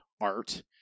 art